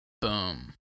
Boom